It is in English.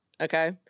Okay